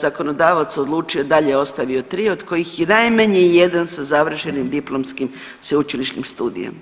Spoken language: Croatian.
zakonodavac odlučio dalje ostavio tri od kojih je najmanje jedan sa završenim diplomskim sveučilišnim studijem.